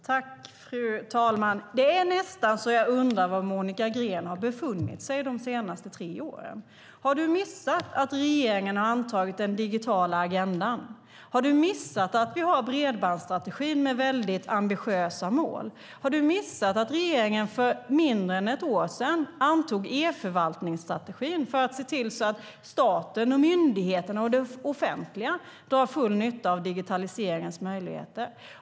Fru talman! Det är nästan så att jag undrar var Monica Green har befunnit sig de senaste tre åren. Har hon missat att regeringen har antagit den digitala agendan? Har hon missat att vi har en bredbandsstrategi med väldigt ambitiösa mål? Har hon missat att regeringen för mindre än ett år sedan antog en e-förvaltningsstrategi för att se till att staten, myndigheterna och det offentliga drar full nytta av digitaliseringens möjligheter?